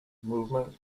movement